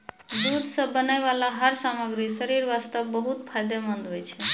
दूध सॅ बनै वाला हर सामग्री शरीर वास्तॅ बहुत फायदेमंंद होय छै